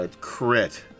Crit